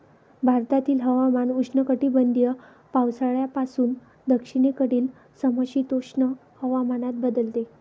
भारतातील हवामान उष्णकटिबंधीय पावसाळ्यापासून दक्षिणेकडील समशीतोष्ण हवामानात बदलते